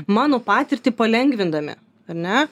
mano patirtį palengvindami ar ne